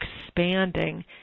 expanding